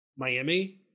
Miami